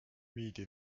viidi